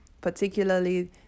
particularly